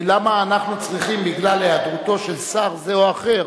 למה אנחנו צריכים, בגלל היעדרותו של שר זה או אחר,